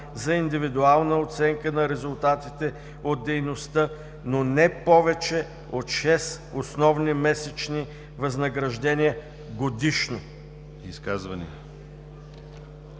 за индивидуална оценка на резултатите от дейността, но не повече от 6 основни месечни възнаграждения годишно“.“